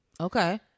okay